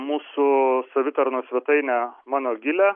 mūsų savitarnos svetainę mano gilė